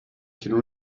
can